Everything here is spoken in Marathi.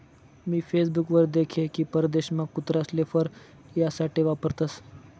मी फेसबुक वर देख की परदेशमा कुत्रासले फर यासाठे वापरतसं